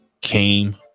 came